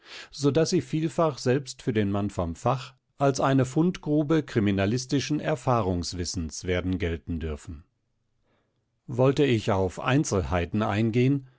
so daß sie vielfach selbst für den mann vom fach als eine fundgrube kriminalistischen erfahrungswissens werden gelten dürfen wollte ich auf einzelheiten eingehen